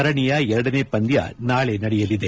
ಸರಣಿಯ ಎರಡನೇ ಪಂದ್ಲ ನಾಳೆ ನಡೆಯಲಿದೆ